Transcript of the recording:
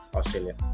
Australia